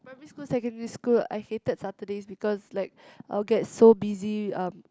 primary school secondary school I hated Saturdays because like I will get so busy um